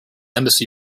embassy